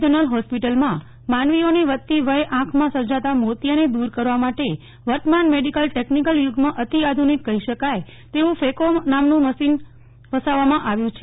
general હોસ્પિટલમાં માનવીઓની વધતી વયે આંખમાં સર્જાતા મોતિયાને દૂર કરવા માટે વર્તમાન મેડિકલ ટેકનિકલ યુગમાં અતિ આધુનિક કહી શકાય તેવું ફેકો નામનું ઉપકરણ વસાવવામાં આવ્યું છે